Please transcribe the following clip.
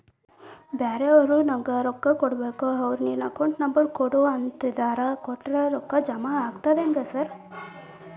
ಬ್ಯಾರೆವರು ನಂಗ್ ರೊಕ್ಕಾ ಕೊಡ್ಬೇಕು ಅವ್ರು ನಿನ್ ಅಕೌಂಟ್ ನಂಬರ್ ಕೊಡು ಅಂತಿದ್ದಾರ ಕೊಟ್ರೆ ರೊಕ್ಕ ಜಮಾ ಆಗ್ತದಾ ಹೆಂಗ್ ಸಾರ್?